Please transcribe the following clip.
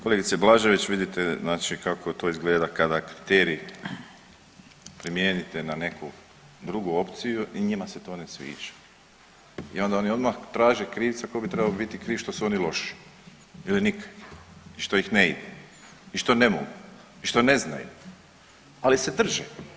Kolegice Blažević, vidite znači kako to izgleda kada kriterij primijenite na neku drugu opciju i njima se to ne sviđa i onda oni odmah traže krivca tko bi trebao biti kriv što su oni loši ili ... i što ih ne ide i što ne mogu i što ne znaju, ali se drže.